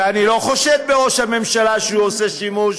ואני לא חושד בראש הממשלה שהוא עושה שימוש